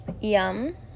yum